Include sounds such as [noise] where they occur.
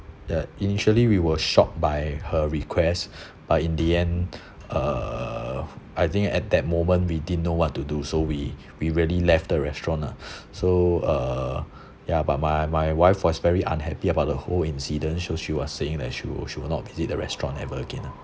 the initially we were shocked by her request [breath] but in the end [breath] uh I think at that moment we didn't know what to do so we we really left the restaurant ah [breath] so uh [breath] ya but my my wife was very unhappy about the whole incident so she was saying that she will she will not visit the restaurant ever again ah